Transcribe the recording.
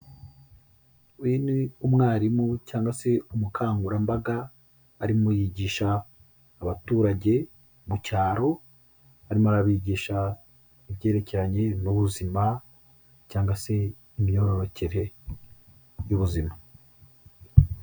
Uyu ni umwarimu cyangwa se umukangurambaga arimo yigisha abaturage mu cyaro, arimo arabigisha ibyerekeranye n'ubuzima cyangwa se imyororokere y'ubuzima.